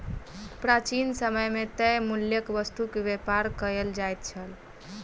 प्राचीन समय मे तय मूल्यक वस्तु के व्यापार कयल जाइत छल